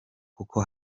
kuko